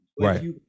right